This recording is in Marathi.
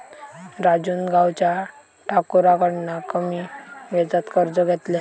राजून गावच्या ठाकुराकडना कमी व्याजात कर्ज घेतल्यान